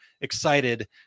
excited